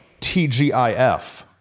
TGIF